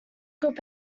could